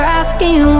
asking